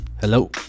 Hello